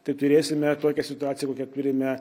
tai turėsime tokią situaciją kokią turime